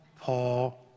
Paul